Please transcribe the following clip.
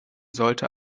sollte